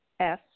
-S